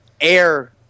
air